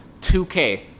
2k